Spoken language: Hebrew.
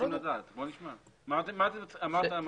נשמע מה הם רוצים לדעת.